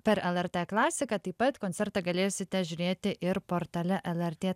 per lrt klasiką taip pat koncertą galėsite žiūrėti ir portale lrt